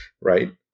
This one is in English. right